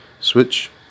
Switch